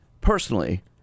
personally